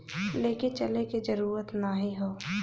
लेके चले क जरूरत नाहीं हौ